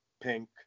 pink